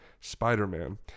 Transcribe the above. Spider-Man